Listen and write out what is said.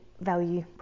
Value